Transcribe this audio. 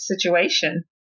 situation